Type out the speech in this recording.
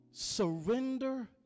Surrender